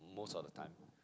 most of the time